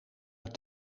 het